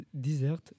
desert